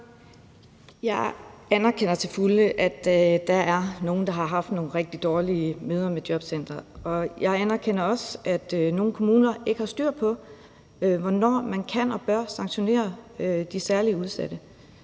Jeg anerkender til fulde, at der er nogle, der har haft nogle rigtig dårlige møder med jobcentrene, og jeg anerkender også, at der er nogle kommuner, der ikke har styr på, hvornår man kan og bør sanktionere de særligt udsatte.